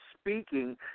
speaking